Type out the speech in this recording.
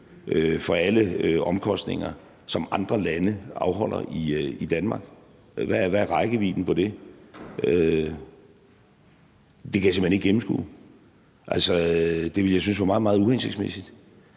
for alle omkostninger, som andre lande afholder i Danmark. Hvad er rækkevidden af det? Det kan jeg simpelt hen ikke gennemskue. Altså, det ville jeg synes var meget, meget uhensigtsmæssigt.